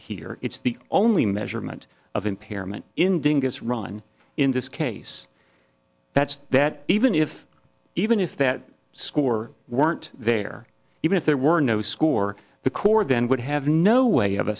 here it's the only measurement of impairment in dingus run in this case that's that even if even if that score weren't there even if there were no score the core then would have no way of